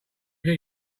get